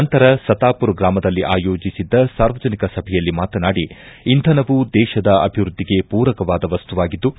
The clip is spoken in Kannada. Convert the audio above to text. ನಂತರ ಸತಾಪುರ್ ಗ್ರಾಮದಲ್ಲಿ ಆಯೋಜಿಸಿದ್ದ ಸಾರ್ವಜನಿಕ ಸಭೆಯಲ್ಲಿ ಮಾತನಾಡಿ ಇಂಧನವು ದೇಶದ ಅಭಿವೃದ್ಲಿಗೆ ಪೂರಕವಾದ ವಸ್ತುವಾಗಿದ್ಲು